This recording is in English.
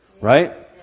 Right